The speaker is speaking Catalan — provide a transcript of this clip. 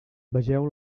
vegeu